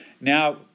Now